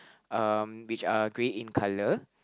um which are grey in color